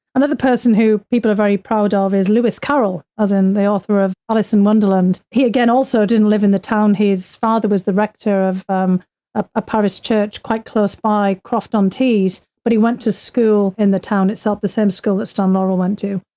another person who people are very proud ah of is lewis carroll, as in the author of alice in wonderland. he, again, also didn't live in the town. his father was the rector of um ah a parish church quite close by croft auntie's, but he went to school in the town itself, the same school that stan laurel went to,